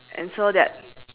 and so that